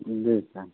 जी sir